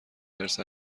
حرص